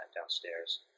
downstairs